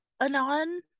Anon